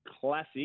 classic